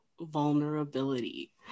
vulnerability